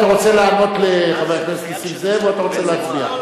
אתה רוצה לענות לחבר הכנסת נסים זאב או אתה רוצה להצביע?